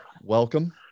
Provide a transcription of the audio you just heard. Welcome